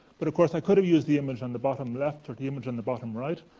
but of course, i could have used the image on the bottom left, or the image on the bottom right.